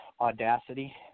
Audacity